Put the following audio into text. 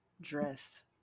dress